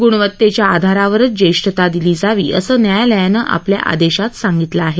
ग्णवत्तेच्या आधारावरच ज्येष्ठता दिली जावी असं न्यायालयानं आपल्या आदेशात सांगितलं आहे